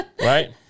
Right